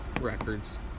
records